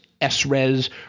S-res